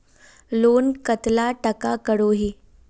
Loan कतला टाका करोही?